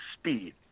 speed